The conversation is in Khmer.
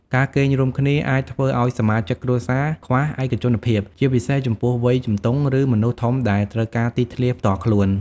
ការគេងរួមគ្នាអាចធ្វើឱ្យសមាជិកគ្រួសារខ្វះ ឯកជនភាព ជាពិសេសចំពោះវ័យជំទង់ ឬមនុស្សធំដែលត្រូវការទីធ្លាផ្ទាល់ខ្លួន។